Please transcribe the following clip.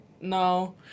no